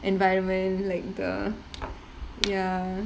environment like the ya